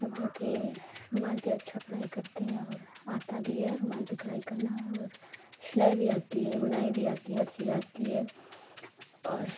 रुमाल पर रुमाल पर अच्छी कढ़ाई करते हैं और आता भी है रुमाल पर कढ़ाई करना और सिलाई भी आती है बुनाई भी आती है हर चीज़ आती है और